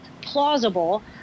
plausible